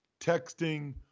texting